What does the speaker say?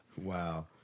Wow